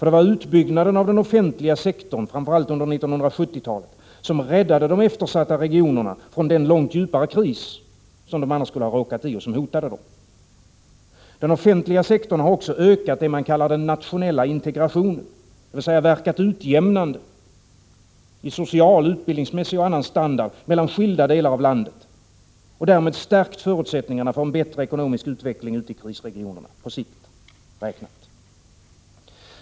Det var ju utbyggnaden av den offentliga sektorn framför allt under 1970-talet som räddade de eftersatta regionerna från den långt djupare kris som hotade dem och som de annars skulle ha råkat i. Den offentliga sektorn har också ökat det man kallar den nationella integrationen, dvs. verkat utjämnande beträffande social, utbildningsmässig och annan standard mellan skilda delar av landet och därmed stärkt förutsättningarna för en bättre ekonomisk utveckling ute i krisregionerna, räknat på sikt.